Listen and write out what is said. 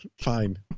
Fine